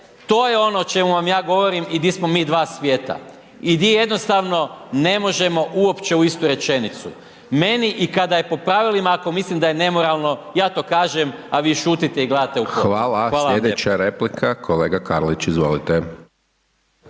to je ono o čemu vam ja govorim i di smo mi dva svijeta i di jednostavno ne možemo uopće u istu rečenicu. Meni i kada je po pravilima ako mislim da je nemoralno, ja to kažem, a vi šutite i gledate u pod…/Upadica: Hvala/…Hvala vam lijepo.